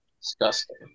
Disgusting